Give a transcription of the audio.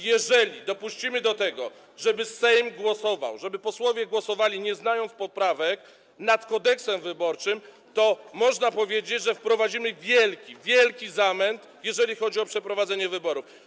Jeżeli dopuścimy do tego, żeby Sejm głosował, żeby posłowie głosowali, nie znając poprawek, nad Kodeksem wyborczym, to można powiedzieć, że wprowadzimy wielki, wielki zamęt, jeżeli chodzi o przeprowadzenie wyborów.